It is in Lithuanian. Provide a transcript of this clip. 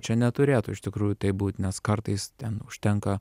čia neturėtų iš tikrųjų taip būt nes kartais ten užtenka